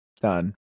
done